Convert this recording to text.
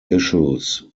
issues